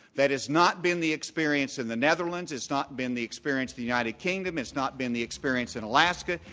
that has not been the experience in the netherlands. it's not been the experience in the united kingdom. it's not been the experience in alaska.